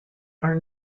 are